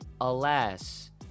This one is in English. Alas